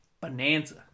bonanza